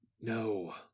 no